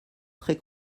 très